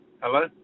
Hello